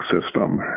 system